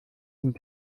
sind